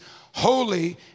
holy